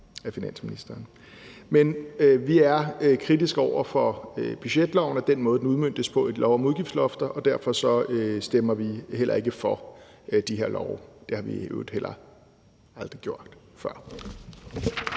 Men vi er kritiske over for budgetloven, og den måde, den udmøntes på i lov om udgiftslofter, og derfor stemmer vi heller ikke for de her love – det har vi i øvrigt heller aldrig gjort før.